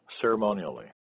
ceremonially